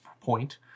point